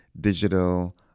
digital